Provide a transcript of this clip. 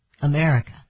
America